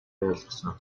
ойлгосон